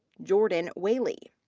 jordan whaley.